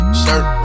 shirt